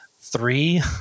three